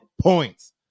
points